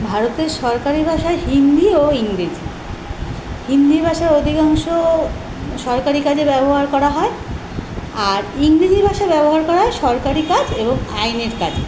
ভারতের সরকারি ভাষা হিন্দি ও ইংরেজি হিন্দি ভাষা অধিকাংশ সরকারি কাজে ব্যবহার করা হয় আর ইংরেজি ভাষা ব্যবহার করা হয় সরকারি কাজ এবং আইনের কাজে